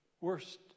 worst